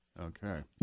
Okay